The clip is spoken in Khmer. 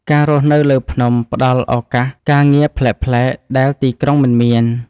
ការរស់នៅលើភ្នំផ្ដល់ឱកាសការងារប្លែកៗដែលទីក្រុងមិនមាន។